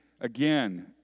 again